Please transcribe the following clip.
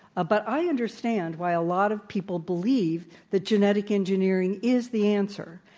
ah but i understand why a lot of people believe that genetic engineering is the answer.